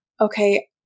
okay